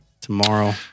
tomorrow